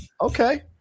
Okay